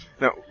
now